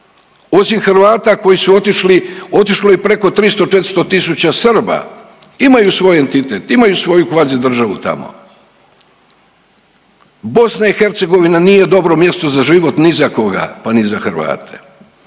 osim Hrvata koji su otišli, otišlo je i preko 300-400.000 Srba, imaju svoj entitet, imaju svoju kvazi državu tamo. BiH nije dobro mjesto za život ni za koga, pa ni za Hrvate.